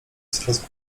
coraz